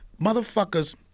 motherfuckers